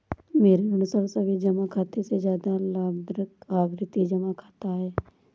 मेरे अनुसार सावधि जमा खाते से ज्यादा लाभप्रद आवर्ती जमा खाता है